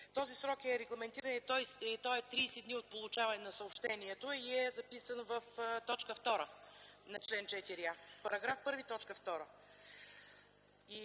Този срок е регламентиран и той е 30 дни от получаване на съобщението и е записан в т. 2 на чл. 4а -§ 1, т. 2.